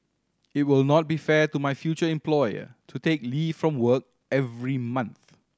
it will not be fair to my future employer to take leave from work every month